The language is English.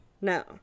No